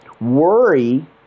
Worry